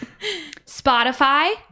Spotify